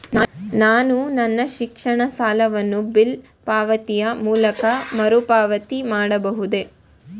ನಾನು ನನ್ನ ಶಿಕ್ಷಣ ಸಾಲವನ್ನು ಬಿಲ್ ಪಾವತಿಯ ಮೂಲಕ ಮರುಪಾವತಿ ಮಾಡಬಹುದೇ?